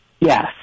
Yes